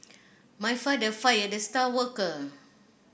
my father fired the star worker